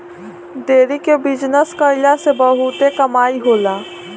dairy के business कईला से बहुते कमाई होला